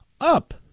up